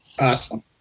Awesome